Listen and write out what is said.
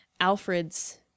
alfred's